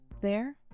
There